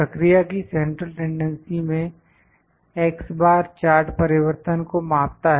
प्रक्रिया की central tendency में X बार चार्ट परिवर्तन को मापता है